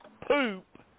poop